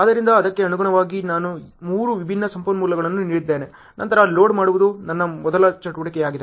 ಆದ್ದರಿಂದ ಅದಕ್ಕೆ ಅನುಗುಣವಾಗಿ ನಾನು ಮೂರು ವಿಭಿನ್ನ ಸಂಪನ್ಮೂಲಗಳನ್ನು ನೀಡಿದ್ದೇನೆ ನಂತರ ಲೋಡ್ ಮಾಡುವುದು ನನ್ನ ಮೊದಲ ಚಟುವಟಿಕೆಯಾಗಿದೆ